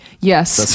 Yes